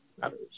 matters